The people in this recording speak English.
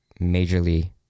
majorly